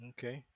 Okay